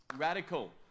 Radical